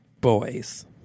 boys